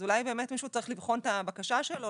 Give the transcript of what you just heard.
אז אולי באמת מישהו צריך לבחון את הבקשה שלו,